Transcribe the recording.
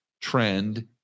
trend